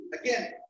Again